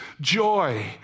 joy